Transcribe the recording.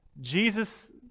Jesus